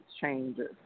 changes